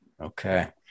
Okay